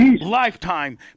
Lifetime